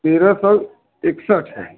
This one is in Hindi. तेरह सौ इकसठ है